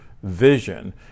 vision